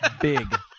Big